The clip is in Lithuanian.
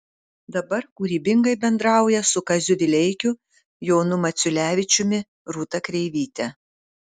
dabar kūrybingai bendrauja su kaziu vileikiu jonu maciulevičiumi rūta kreivyte